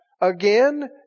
Again